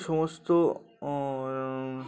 সমস্ত